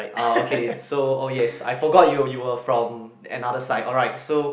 ah okay so oh yes I forgot you you were from another side alright so